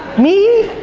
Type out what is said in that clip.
me?